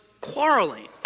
quarreling